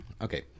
Okay